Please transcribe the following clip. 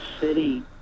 city